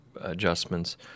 adjustments